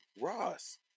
Ross